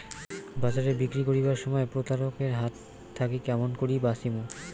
বাজারে বিক্রি করিবার সময় প্রতারক এর হাত থাকি কেমন করি বাঁচিমু?